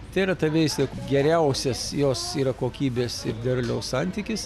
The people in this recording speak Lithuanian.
tai yra ta veislė geriausias jos yra kokybės ir derliaus santykis